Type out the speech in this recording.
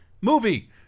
movie